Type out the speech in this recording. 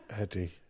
Eddie